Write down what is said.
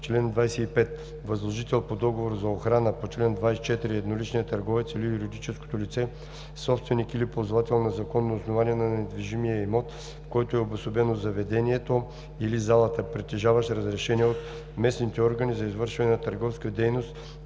„Чл. 25. Възложител по договор за охрана по чл. 24 е едноличният търговец или юридическото лице – собственик или ползвател на законно основание на недвижимия имот, в който е обособено заведението или залата, притежаващ разрешение от местните органи за извършване на търговската си дейност